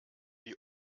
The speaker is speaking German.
die